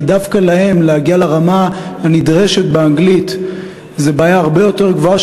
כי דווקא להן להגיע לרמה הנדרשת באנגלית זו בעיה הרבה יותר קשה,